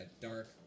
dark